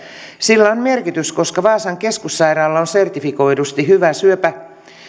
sillä on merkitys koska vaasan keskussairaalalla on sertifikoidusti hyvä